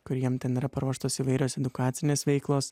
kur jiem ten yra paruoštos įvairios edukacinės veiklos